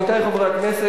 עמיתי חברי הכנסת,